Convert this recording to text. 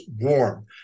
warm